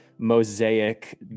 mosaic